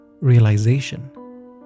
realization